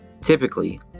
Typically